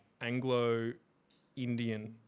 Anglo-Indian